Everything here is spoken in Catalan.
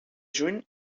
juny